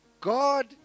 God